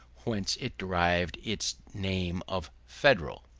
whence it derived its name of federal.